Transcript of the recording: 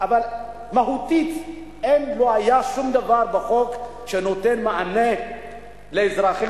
אבל מהותית אין ולא היה שום דבר בחוק שנותן מענה לאזרחים